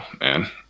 man